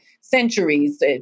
centuries